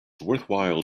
worthwhile